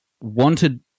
wanted